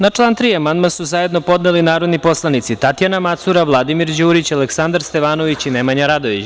Na član 3. amandman su zajedno podneli narodni poslanici Tatjana Macura, Vladimir Đurić, Aleksandar Stevanović i Nemanja Radojević.